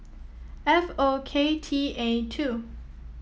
F O K T A two